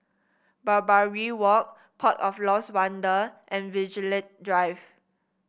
Barbary Walk Port of Lost Wonder and Vigilante Drive